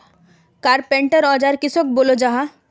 Carpenter औजार किसोक बोलो जाहा?